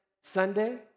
Sunday